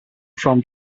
from